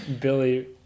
Billy